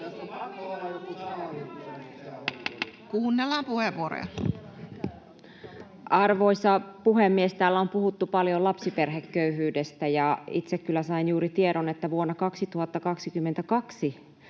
Time: 12:51 Content: Arvoisa puhemies! Täällä on puhuttu paljon lapsiperheköyhyydestä, ja itse kyllä sain juuri tiedon, että vuonna 2022